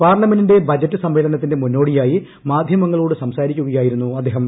പാർലമെന്റിന്റെ ബജറ്റ് സമ്മേളനത്തിന് മുന്നോടിയായി മാധ്യമങ്ങളോട് സംസാരിക്കുകയായിരുന്നു അദ്ദേഹം